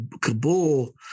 Kabul